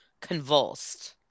convulsed